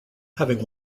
having